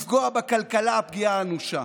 לפגוע בכלכלה פגיעה אנושה.